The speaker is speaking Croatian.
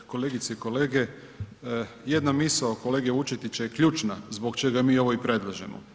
Kolegice i kolege jedna misao kolege Vučetića je ključna zbog čega mi ovo i predlažemo.